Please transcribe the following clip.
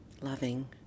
loving